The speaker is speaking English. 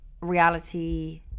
reality